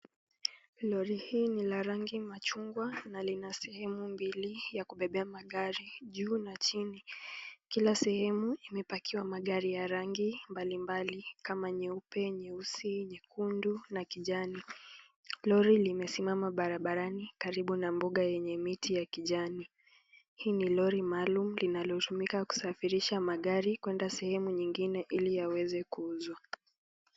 Lori hii ni la rangi machungwa na lina sehemu mbili ya kubebea magari juu na chini, kila sehemu imepakiwa magari ya rangi mbalimbali kama nyeupe, nyeusi, nyekundu na kijani. Lori limesimama barabarani karibu na mboga yenye miti ya kijani. Hii ni lori maalum linalotumika kusafirisha magari kwenda sehemu nyingine ili yaweze kuuzwa.